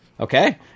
Okay